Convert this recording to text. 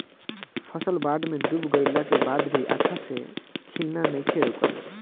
फसल बाढ़ में डूब गइला के बाद भी अच्छा से खिलना नइखे रुकल